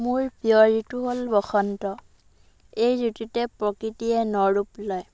মোৰ প্ৰিয় ঋতু হ'ল বসন্ত এই ঋতুতেই প্ৰকৃতিয়ে ন ৰূপ লয়